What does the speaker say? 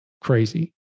crazy